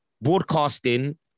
broadcasting